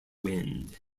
wind